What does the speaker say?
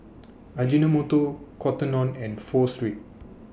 Ajinomoto Cotton on and Pho Street